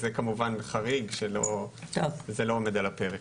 זה כמובן חריג שלא זה לא עומד על הפרק.